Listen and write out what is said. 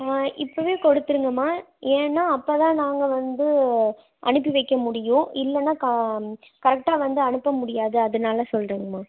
ஆ இப்போவே கொடுத்துருங்கம்மா ஏன்னா அப்போ தான் நாங்கள் வந்து அனுப்பி வைக்க முடியும் இல்லைன்னா கா கரெக்டாக வந்து அனுப்ப முடியாது அதனால் சொல்லுறேங்கம்மா